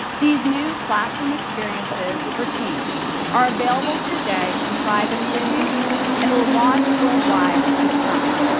these new classroom experiences for teams are available today in private preview and will launch worldwide this summer.